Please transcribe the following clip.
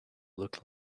look